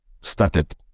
started